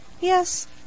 Yes